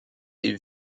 est